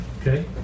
Okay